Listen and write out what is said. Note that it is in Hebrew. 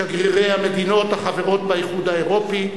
שגרירי המדינות החברות באיחוד האירופי,